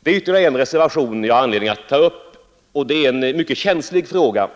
Det är ytterligare en reservation som jag har anledning att ta upp, och den gäller en mycket känslig fråga.